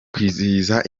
kwizihiza